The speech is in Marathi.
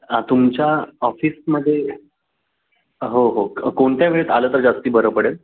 तुमच्या ऑफिसमध्ये हो हो कोणत्या वेळेत आलं तर जास्त बरं पडेल